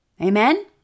Amen